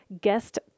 guest